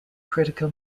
critical